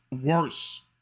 worse